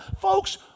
Folks